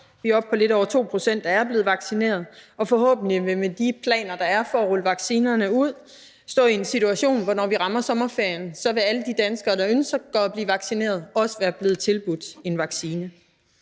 Vi er oppe på lidt over 2 pct., der er blevet vaccineret, og vi vil forhåbentlig med de planer, der er for at rulle vaccinerne ud, stå i den situation, at når vi rammer sommerferien, vil alle de danskere, der ønsker at blive vaccineret, også være blevet tilbudt en vaccine.